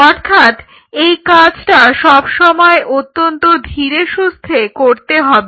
অর্থাৎ এই কাজটা সব সময় অত্যন্ত ধীরেসুস্থে করতে হবে